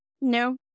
No